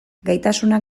gaitasunak